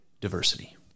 diversity